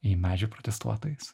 į medžių protestuotojus